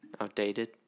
outdated